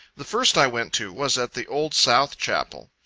the first i went to, was at the old south chapel.